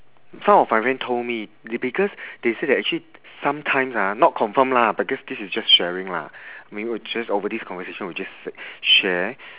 some of my friend told me they because they say that actually sometimes ah not confirm lah but this this is just sharing lah I mean which is over this conversation we just share